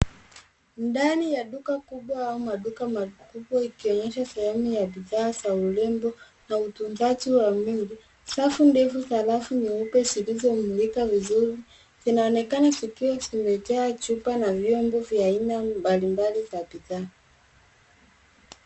Ndani ya duka kubwa au maduka makubwa ikionyesha sehemu ya bidhaa za urembo na utunzaji wa mwili. Safu ndefu za rafu nyeupe zilizomininika vizuri zinaonekana zikiwa zimejaa chupa na vyombo vya aina mbalimbali za bidhaa.